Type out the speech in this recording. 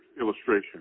illustration